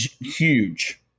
huge